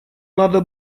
надо